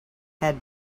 had